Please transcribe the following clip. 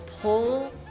pull